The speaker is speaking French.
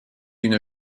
une